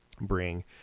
bring